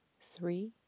three